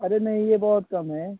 अरे नहीं ये बहुत कम है